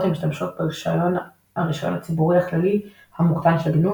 משתמשות ברישיון הרישיון הציבורי הכללי המוקטן של גנו,